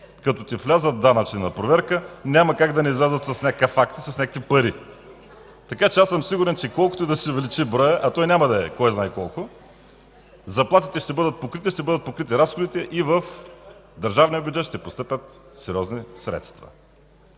като ти влязат данъчни на проверка, няма как да не излязат с някакъв акт и с някакви пари. Сигурен съм, че колкото и да се увеличи броят, а той няма да е кой знае колко, заплатите ще бъдат покрити, ще бъдат покрити разходите и в държавния бюджет ще постъпят сериозни средства.